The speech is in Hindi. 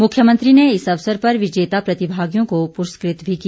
मुख्यमंत्री ने इस अवसर पर विजेता प्रतिभागियों को पुरस्कृत भी किया